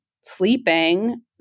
sleeping